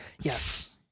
yes